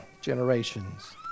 generations